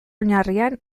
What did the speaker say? oinarrian